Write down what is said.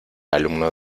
alumno